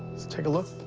take a look